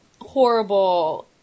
horrible